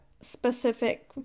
specific